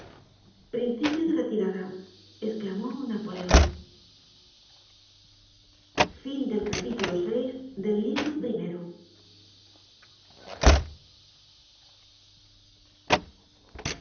principio de retirada esclamó napoleon